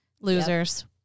Losers